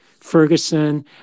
Ferguson